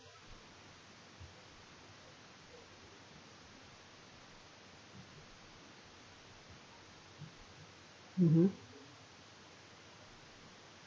mm hmm